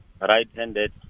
right-handed